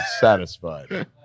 satisfied